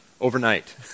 overnight